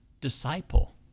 disciple